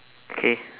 K